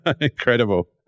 Incredible